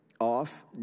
off